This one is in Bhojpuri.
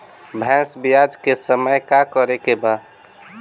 भैंस ब्यान के समय का करेके बा?